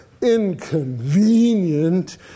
inconvenient